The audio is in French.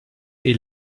est